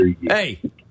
Hey